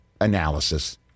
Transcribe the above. analysis